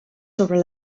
sobre